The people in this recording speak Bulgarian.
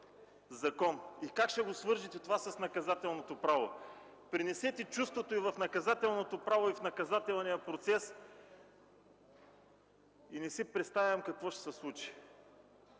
и как ще го свържете това с наказателното право? Пренесете чувството и в наказателното право, и в наказателния процес и не си представям какво ще се случи?!